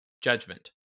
judgment